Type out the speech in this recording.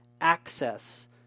access